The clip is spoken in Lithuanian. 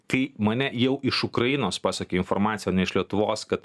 kai mane jau iš ukrainos pasiekė informacija ne iš lietuvos kad